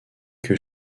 que